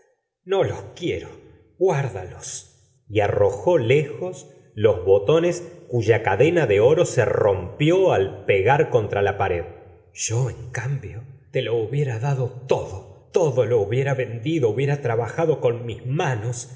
no los quiero guárdalos y arrojó lejos los botones cuya cadena de oro se rompió al pegar contra la pared yo en cambio te lo hubiera dado todo todo lo la señora de bov a ry gustavo flaubert hubiera vendido hubiera trabajado con mis manos